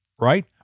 right